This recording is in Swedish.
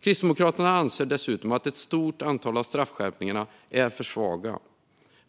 Kristdemokraterna anser dessutom att ett stort antal av straffskärpningarna är för svaga.